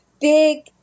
big